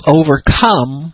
overcome